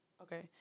okay